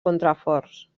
contraforts